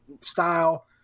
style